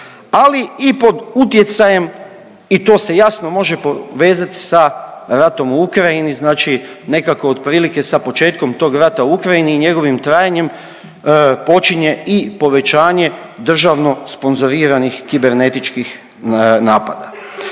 ali i pod utjecajem i to se jasno može povezat sa ratom u Ukrajini, znači nekako otprilike sa početkom tog rata u Ukrajini i njegovim trajanjem počinje i povećanje državno sponzoriranih kibernetičkih napada.